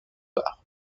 var